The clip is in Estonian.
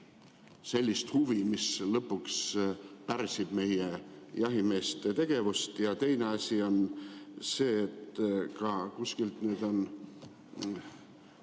sellist huvi, mis lõpuks pärsib meie jahimeeste tegevust. Teine asi on see, et kui nüüd